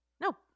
no